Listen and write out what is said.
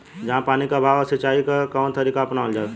जहाँ पानी क अभाव ह वहां सिंचाई क कवन तरीका अपनावल जा?